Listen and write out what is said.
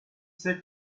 sept